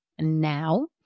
now